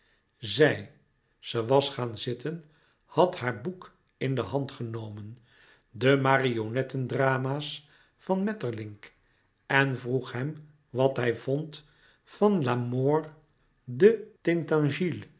zij ze was gaan zitten had haar boek in de hand genomen de marionettendrama's van maeterlinck en vroeg hem wat hij vond van la mort de